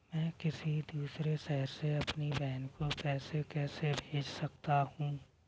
मैं किसी दूसरे शहर से अपनी बहन को पैसे कैसे भेज सकता हूँ?